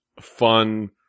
fun